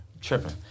Tripping